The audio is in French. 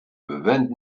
vingt